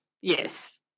yes